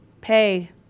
pay